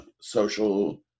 social